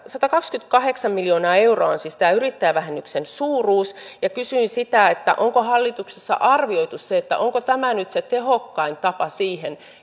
satakaksikymmentäkahdeksan miljoonaa euroa on siis tämä yrittäjävähennyksen suuruus ja kysyin sitä onko hallituksessa arvioitu onko tämä nyt se tehokkain tapa siihen